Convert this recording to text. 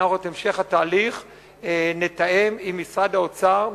שאנחנו נתאם את המשך התהליך עם משרד האוצר,